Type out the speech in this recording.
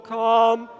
come